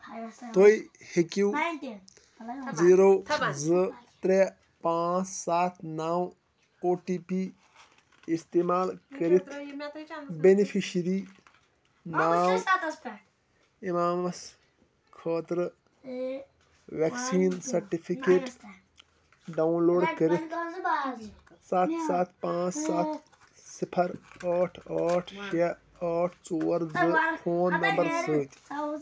تُہۍ ہیٚکِو زیٖرو زٕ ترےٚ پانژھ ستھ نو او ٹی پی استعمال کٔرِتھ بینِفیشرِی ناو اِمامس خٲطرٕ ویکسیٖن سرٹِفکیٹ ڈاوُن لوڈ کٔرِتھ سَتھ سَتھ پانژھ ستھ صفر ٲٹھ ٲٹھ شےٚ ٲٹھ ژور زٕ فون نمبرٕ سۭتۍ